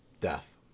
death